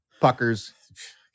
puckers